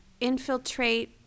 infiltrate